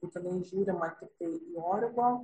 būtinai žiūrima tiktai į orgo